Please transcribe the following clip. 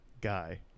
guy